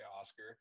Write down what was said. Oscar